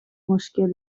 مشکل